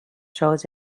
shows